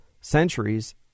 centuries